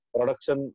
Production